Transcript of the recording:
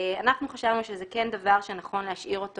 אנחנו חשבנו שזה כן דבר שנכון להשאיר אותו